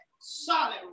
solid